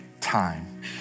time